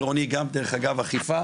חלק מההוויה